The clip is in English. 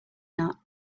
not